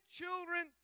children